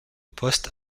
poste